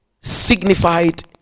Signified